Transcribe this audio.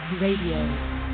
Radio